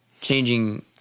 changing